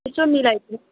यसो मिलाइदिनुस्